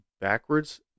backwards